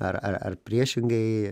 ar ar ar priešingai